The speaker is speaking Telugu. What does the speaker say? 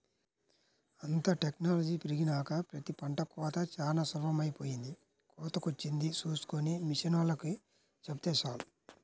అంతా టెక్నాలజీ పెరిగినాక ప్రతి పంట కోతా చానా సులభమైపొయ్యింది, కోతకొచ్చింది చూస్కొని మిషనోల్లకి చెబితే చాలు